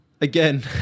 again